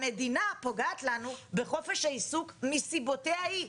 המדינה פוגעת לנו בחופש העיסוק מסיבותיה היא.